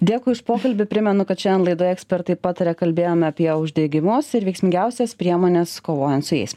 dėkui už pokalbį primenu kad šiandien laidoje ekspertai pataria kalbėjome apie uždegimus ir veiksmingiausias priemones kovojant su jais